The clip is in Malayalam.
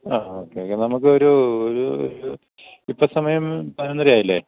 ആ ഓക്കെ ഓക്കെ നമുക്ക് ഒരു ഒരു ഒരു ഇപ്പം സമയം പതിനൊന്നര ആയില്ലേ